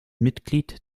mitglied